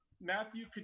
Matthew